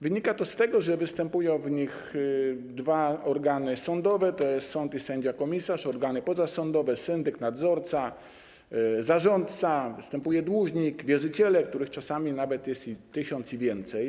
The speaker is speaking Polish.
Wynika to z tego, że występują w nich dwa organy sądowe, tj. sąd i sędzia-komisarz, organy pozasądowe: syndyk, nadzorca, zarządca, występuje dłużnik, występują wierzyciele, których czasami nawet jest tysiąc i więcej.